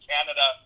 Canada